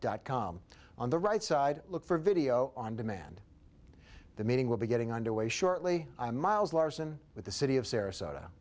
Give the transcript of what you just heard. dot com on the right side look for video on demand the meeting will be getting underway shortly i'm miles larson with the city of sarasota